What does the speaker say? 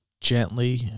gently